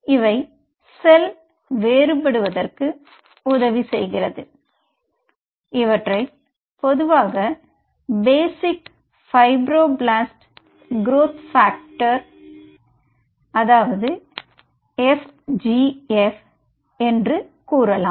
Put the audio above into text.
இவை செல் வேறுபடுவதற்கு உதவி செயகிறது இவற்றை பொதுவாக basic fibroblast growth factor FGF என்று கூறலாம்